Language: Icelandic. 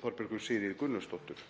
Þorbjörgu Sigríði Gunnlaugsdóttur.